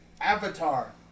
avatar